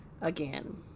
again